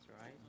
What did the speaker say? right